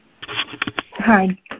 Hi